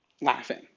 laughing